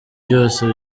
byose